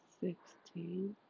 sixteen